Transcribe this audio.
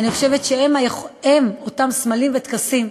אני חושבת שהם, אותם סמלים וטקסים,